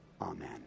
Amen